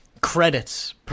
credits